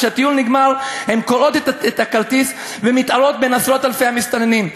כשהטיול נגמר הן קורעות את הכרטיס ומתערות בין עשרות-אלפי המסתננים.